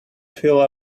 feel